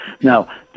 now